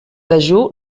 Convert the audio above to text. dejú